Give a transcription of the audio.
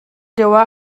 lioah